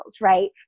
right